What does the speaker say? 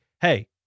hey